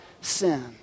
sin